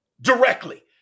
directly